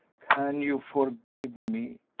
can you forgive me?